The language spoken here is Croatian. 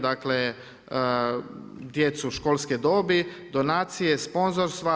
Dakle, djecu školske dobi, donaciju, sponzorstva.